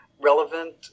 relevant